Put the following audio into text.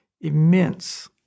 immense